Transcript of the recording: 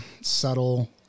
subtle